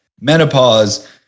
menopause